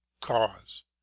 cause